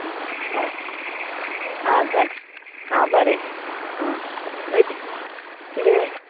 आं हय आं दाड आं बरें आं मागीर किदें